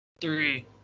Three